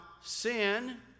sin